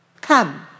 Come